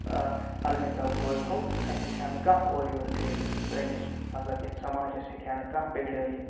عَلمہِ تَل روزہو اَسہِ ہیٚکہِ ہا نہٕ کانٛہہ اورٕ یورٕ کٔرِتھ سٲنِس مطلب یَتھ سماجَس ہیٚکہِ ہا نہٕ کانٛہہ بِگڑٲیِتھ